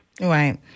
Right